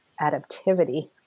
adaptivity